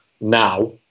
now